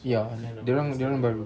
ya dia orang dia orang baru